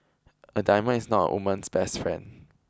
a diamond is not a woman's best friend